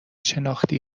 شناختی